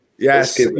Yes